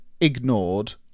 ignored